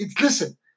listen